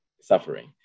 suffering